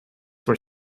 were